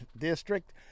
District